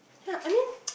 yeah I mean